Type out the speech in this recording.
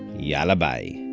yalla bye